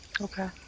Okay